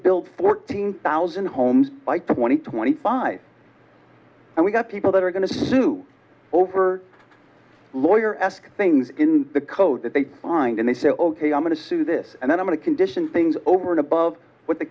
build fourteen thousand homes twenty five and we got people that are going to sue over lawyer ask things in the code that they find and they say ok i'm going to sue this and then i'm going to condition things over and above what the